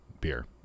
beer